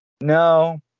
no